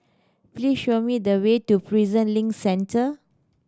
please show me the way to Prison Link Centre